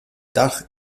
dach